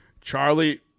Charlie